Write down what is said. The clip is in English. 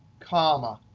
comma.